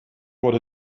what